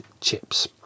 chips